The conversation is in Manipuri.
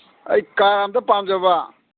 ꯑꯩ ꯀꯥꯔ ꯑꯝꯇ ꯄꯥꯝꯖꯕ